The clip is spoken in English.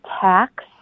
tax